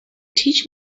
teach